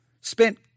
spent